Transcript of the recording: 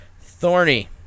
Thorny